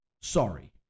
Sorry